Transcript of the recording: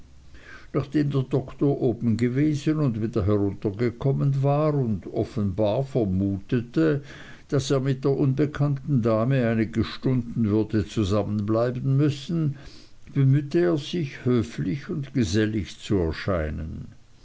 nachdem der doktor oben gewesen und wieder heruntergekommen war und offenbar vermutete daß er mit der unbekannten dame einige stunden würde zusammenbleiben müssen bemühte er sich höflich und gesellig zu erscheinen